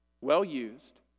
well-used